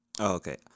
Okay